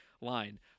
line